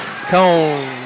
Cone